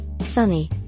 sunny